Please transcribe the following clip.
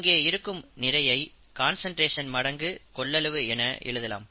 இங்கே இருக்கும் நிறையை கான்சன்ட்ரேஷன் மடங்கு கொள்ளளவு என எழுதலாம்